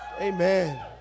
Amen